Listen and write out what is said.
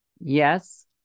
Yes